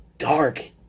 dark